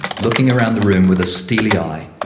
looking around the room with a steely eye,